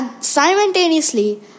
simultaneously